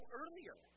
earlier